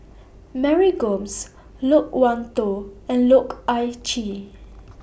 Mary Gomes Loke Wan Tho and Loh Ah Chee